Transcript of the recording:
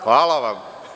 Hvala vam.